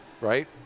right